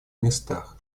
местах